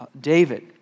David